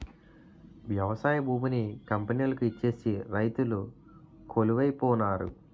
వ్యవసాయ భూమిని కంపెనీలకు ఇచ్చేసి రైతులు కొలువై పోనారు